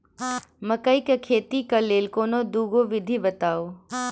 मकई केँ खेती केँ लेल कोनो दुगो विधि बताऊ?